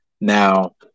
now